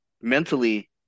mentally